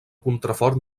contrafort